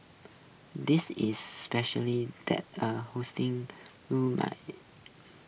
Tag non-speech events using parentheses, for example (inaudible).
this is specially that A housing (unintelligible)